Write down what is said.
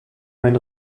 mein